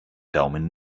daumen